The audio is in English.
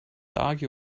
argue